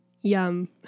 Yum